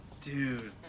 dude